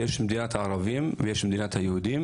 יש מדינת הערבים ויש מדינת היהודים.